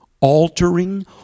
altering